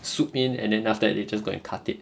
swoop in and then after that they just go and cut it